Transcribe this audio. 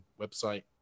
website